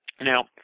Now